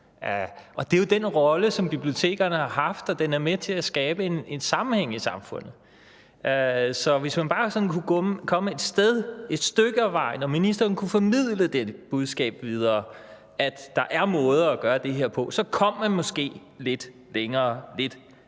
Det er jo den rolle, som bibliotekerne har haft, og den er med til at skabe en sammenhæng i samfundet. Så hvis man bare kunne komme et stykke ad vejen og ministeren kunne formidle det budskab videre, at der er måder at gøre det her på, så kom man måske lidt længere lidt hurtigere.